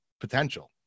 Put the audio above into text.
potential